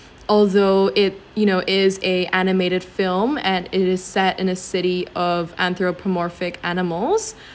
although it you know it is a animated film and it is set in a city of anthropomorphic